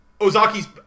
Ozaki's